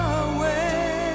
away